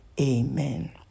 Amen